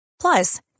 Plus